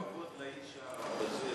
--- שאתה נותן כבוד לאיש הבזוי הזה.